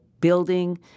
building